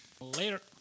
Later